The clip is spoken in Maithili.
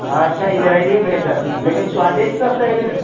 अच्छा इजरायली भेटत लेकिन स्वादिष्ट सबसँ